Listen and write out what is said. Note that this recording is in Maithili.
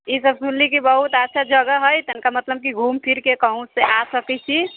ईसभ सुनली कि बहुत अच्छा जगह हइ तनिका मतलब घुमि फिरि कऽ कहूँसँ आ सकैत छी